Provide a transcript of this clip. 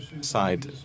side